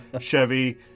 Chevy